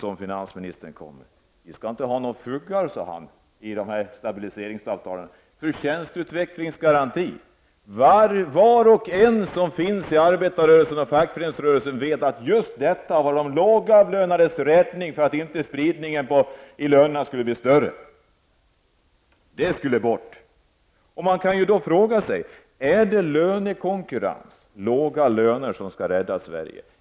Vi skall inte ha några ''fuggar'' i stabiliseringsavtalen. Det gäller alltså förtjänsteutvecklingsgarantin. Men var och en som hör hemma inom arbetarrörelsen eller fackföreningsrörelsen vet att just förtjänsteutvecklingsgarantin var räddningen när det gällde att förhindra en ännu större lönespridning. Men det här skulle bort. Man kan fråga: Är det lönekonkurrens, dvs. låga löner, som skall rädda Sverige?